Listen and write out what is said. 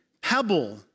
pebble